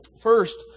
First